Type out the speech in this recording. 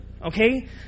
okay